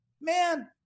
man